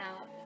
out